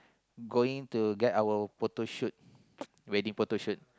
going to get our photoshoot wedding photoshoot